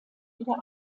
wieder